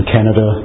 Canada